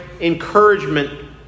encouragement